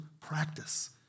practice